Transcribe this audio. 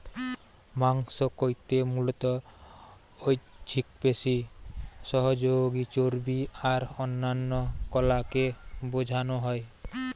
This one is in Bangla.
মাংস কইতে মুলত ঐছিক পেশি, সহযোগী চর্বী আর অন্যান্য কলাকে বুঝানা হয়